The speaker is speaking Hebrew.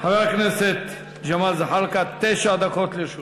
חבר הכנסת ג'מאל זחאלקה, תשע דקות לרשותך.